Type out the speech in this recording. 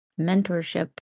mentorship